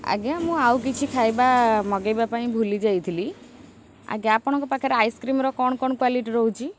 ଆଜ୍ଞା ମୁଁ ଆଉ କିଛି ଖାଇବା ମଗେଇବା ପାଇଁ ଭୁଲି ଯାଇଥିଲି ଆଜ୍ଞା ଆପଣଙ୍କ ପାଖରେ ଆଇସ୍କ୍ରିମର କ'ଣ କ'ଣ କ୍ୱାଲିଟି ରହୁଛି